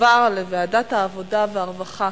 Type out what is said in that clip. לוועדת העבודה, הרווחה